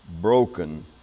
broken